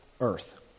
Earth